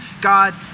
God